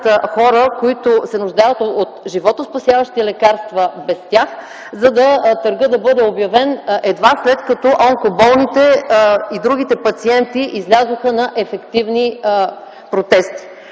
хора, които се нуждаят от животоспасяващи лекарства без тях, за да бъде обявен търгът, едва след като онкоболните и другите пациенти излязоха на ефективни протести?